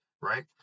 right